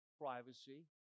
privacy